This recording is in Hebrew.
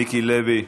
מיקי לוי,